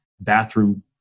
bathroom